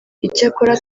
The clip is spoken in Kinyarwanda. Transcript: icyakora